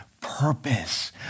purpose